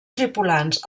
tripulants